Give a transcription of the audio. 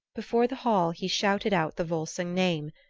before the hall he shouted out the volsung name,